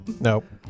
Nope